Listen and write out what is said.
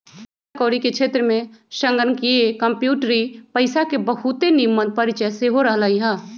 पइसा कौरी के क्षेत्र में संगणकीय कंप्यूटरी पइसा के बहुते निम्मन परिचय सेहो रहलइ ह